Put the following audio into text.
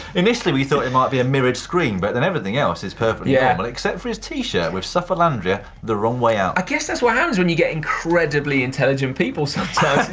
initially we thought it might be a mirrored screen, but then everything else is perfectly normal yeah but except for his t-shirt with sufferlandria the wrong way out. i guess that's what happens when you get incredibly intelligent people sometimes.